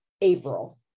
April